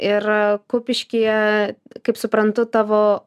ir kupiškyje kaip suprantu tavo